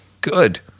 good